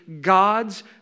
God's